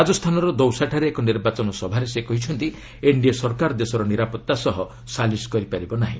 ରାଜସ୍ଥାନର ଦୌସାଠାରେ ଏକ ନିର୍ବାଚନ ସଭାରେ ସେ କହିଛନ୍ତି ଏନ୍ଡିଏ ସରକାର ଦେଶର ନିରାପତ୍ତା ସହ ସାଲିସ୍ କରିପାରିବେ ନାହିଁ